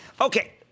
Okay